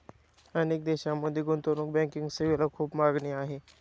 अनेक देशांमध्ये गुंतवणूक बँकिंग सेवेला खूप मागणी आहे